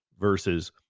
versus